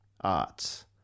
arts